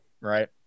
right